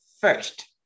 first